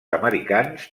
americans